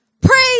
Praise